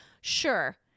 sure